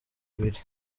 ibiri